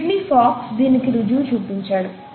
Sydney Fox దీనికి రుజువు చూపించాడు